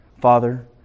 Father